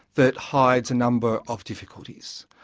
that hides a number of difficulties.